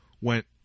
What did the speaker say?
Went